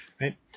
Right